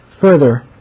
Further